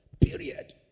Period